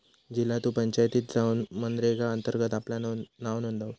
झिला तु पंचायतीत जाउन मनरेगा अंतर्गत आपला नाव नोंदव